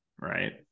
right